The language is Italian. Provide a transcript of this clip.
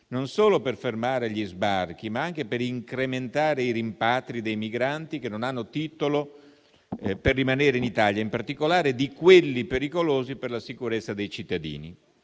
non solo per fermare gli sbarchi, ma anche per incrementare i rimpatri dei migranti che non hanno titolo per rimanere in Italia e in particolare di quelli pericolosi per la sicurezza dei cittadini.